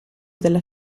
della